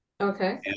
Okay